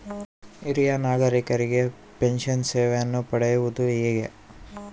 ಹಿರಿಯ ನಾಗರಿಕರಿಗೆ ಪೆನ್ಷನ್ ಸೇವೆಯನ್ನು ಪಡೆಯುವುದು ಹೇಗೆ?